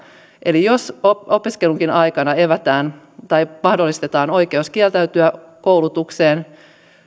eli jos opiskelunkin aikana mahdollistetaan oikeus kieltäytyä koulutuksesta